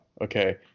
Okay